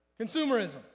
Consumerism